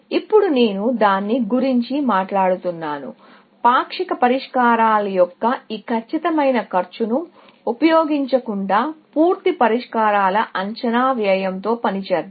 ఇప్పుడు నేను దాని గురించి మాట్లాడుతున్నాను పాక్షిక పరిష్కారాల యొక్క ఈ ఖచ్చితమైన కాస్ట్ను ఉపయోగించకుండా పూర్తి పరిష్కారాల అంచనా వ్యయంతో పని చేద్దాం